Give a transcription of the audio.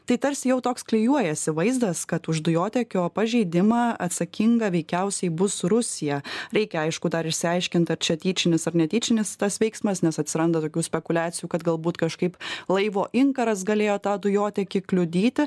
tai tarsi jau toks klijuojasi vaizdas kad už dujotiekio pažeidimą atsakinga veikiausiai bus rusija reikia aišku dar išsiaiškint ar čia tyčinis ar netyčinis tas veiksmas nes atsiranda tokių spekuliacijų kad galbūt kažkaip laivo inkaras galėjo tą dujotiekį kliudyti